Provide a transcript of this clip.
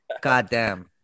goddamn